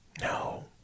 no